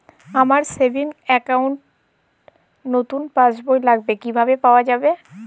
আমার savings account র নতুন পাসবই লাগবে কিভাবে পাওয়া যাবে?